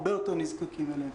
הרבה יותר נזקקים להן.